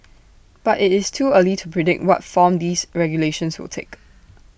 but IT is too early to predict what form these regulations will take